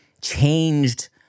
changed